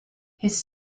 his